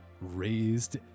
raised